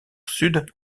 sud